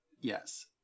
yes